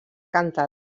cantata